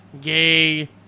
gay